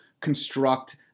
construct